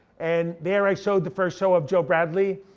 and there i showed the first show of joe bradley.